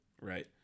right